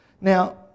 Now